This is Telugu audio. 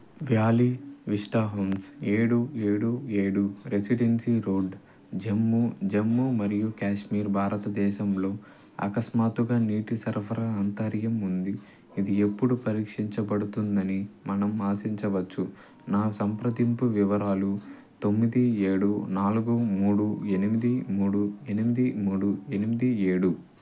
వ్యాలీ విస్టా హోమ్స్ ఏడు ఏడు ఏడు రెసిడెన్సీ రోడ్ జమ్మూ జమ్మూ మరియు కాశ్మీర్ భారతదేశంలో అకస్మాత్తుగా నీటి సరఫరా అంతర్యం ఉంది ఇది ఎప్పుడు పరిక్షించబడుతుందని మనం ఆశించవచ్చు నా సంప్రదింపు వివరాలు తొమ్మిది ఏడు నాలుగు మూడు ఎనిమిది మూడు ఎనిమిది మూడు ఎనిమిది ఏడు